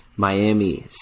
Miami